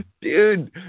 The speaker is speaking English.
dude